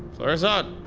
clarissa!